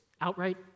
outright